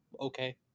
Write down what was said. okay